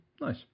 nice